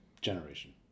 generation